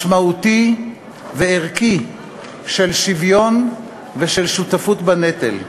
משמעותי וערכי של שוויון ושל שותפות בנטל,